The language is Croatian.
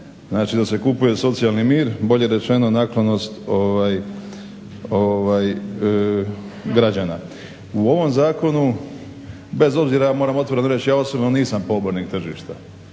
Znači, da se kupuje socijalni mir, bolje rečeno naklonost građana. U ovom zakonu bez obzira ja moram otvoreno reći ja osobno nisam pobornik tržišta,